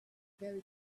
very